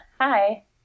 hi